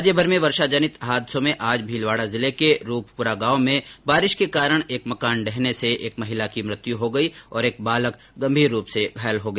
राज्यभर में वर्षाजनित हादसों में आज भीलवाडा जिले के रूपप्रा गांव में बारिश के कारण एक मकान ढहने से एक महिला की मृत्यु हो गई और एक बालक गंभीर रूप से घायल हो गया